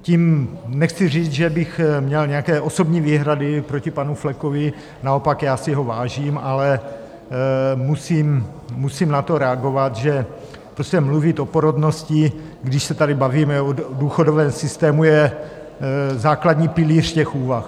Tím nechci říct, že bych měl nějaké osobní výhrady proti panu Flekovi, naopak, já si ho vážím, ale musím na to reagovat, že prostě mluvit o porodnosti, když se tady bavíme o důchodovém systému, je základní pilíř těch úvah.